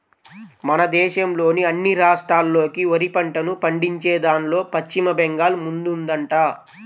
మన దేశంలోని అన్ని రాష్ట్రాల్లోకి వరి పంటను పండించేదాన్లో పశ్చిమ బెంగాల్ ముందుందంట